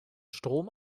strom